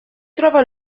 trova